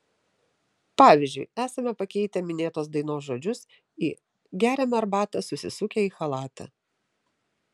pavyzdžiui esame pakeitę minėtos dainos žodžius į geriame arbatą susisukę į chalatą